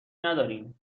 نداریم